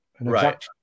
right